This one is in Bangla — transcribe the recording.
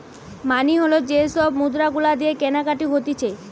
মানি হল যে সব মুদ্রা গুলা দিয়ে কেনাকাটি হতিছে